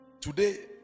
today